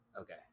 Okay